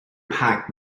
pack